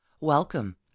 Welcome